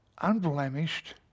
unblemished